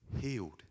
Healed